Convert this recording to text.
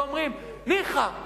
ואומרים: ניחא,